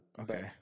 Okay